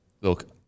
look